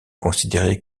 considérée